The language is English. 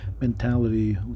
mentality